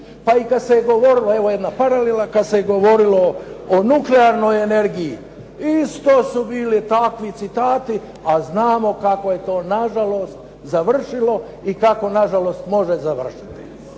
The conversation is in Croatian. Pa i kad se govorilo, evo jedna paralela, kad se govorilo o nuklearnoj energiji isto su bili takvi citati, a znamo kako je to nažalost završilo i kako nažalost može završiti.